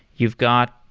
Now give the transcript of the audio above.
you've got,